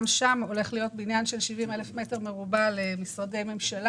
שם הולך להיות בניין של 70,000 מ"ר לטובת משרדי ממשלה.